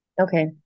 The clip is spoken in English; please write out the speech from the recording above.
okay